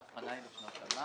ההבחנה היא לשנת המס.